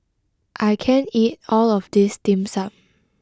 I can't eat all of this Dim Sum